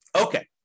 Okay